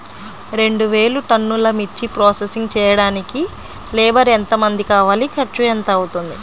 రెండు వేలు టన్నుల మిర్చి ప్రోసెసింగ్ చేయడానికి లేబర్ ఎంతమంది కావాలి, ఖర్చు ఎంత అవుతుంది?